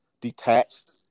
detached